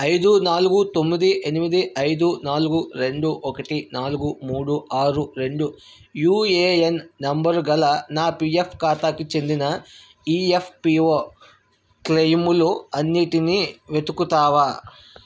ఐదు నాలుగు తొమ్మిది ఎనిమిది ఐదు నాలుగు రెండు ఒకటి నాలుగు మూడు ఆరు రెండు యూఏఎన్ నంబరు గల నా పిఎఫ్ ఖాతాకి చెందిన ఈఎఫ్పిఓ క్లెయిములు అన్నిటినీ వెతుకుతావా